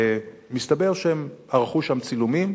ומסתבר שהם ערכו שם צילומים.